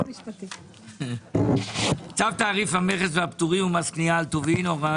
צו תעריף המכס והפטורים ומס קנייה על טובין (הוראת